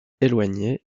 éloignée